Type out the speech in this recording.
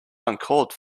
uncalled